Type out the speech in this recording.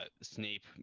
Snape